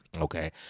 Okay